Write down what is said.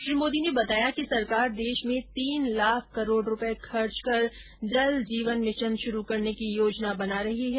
श्री मोदी ने बताया कि सरकार देश में तीन लाख करोड रूपए खर्च कर जल जीवन मिशन शुरू करने की योजना बना रही है